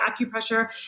acupressure